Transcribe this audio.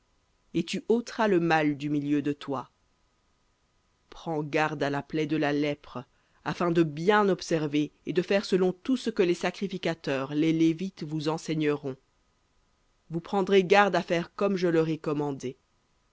et tu ôteras le mal du milieu de toi prends garde à la plaie de la lèpre afin de bien observer et de faire selon tout ce que les sacrificateurs les lévites vous enseigneront vous prendrez garde à faire comme je leur ai commandé